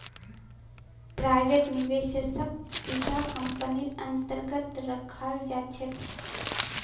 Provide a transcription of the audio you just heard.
private निवेशकक इटा कम्पनीर अन्तर्गत रखाल जा छेक